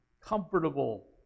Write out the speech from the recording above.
comfortable